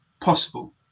possible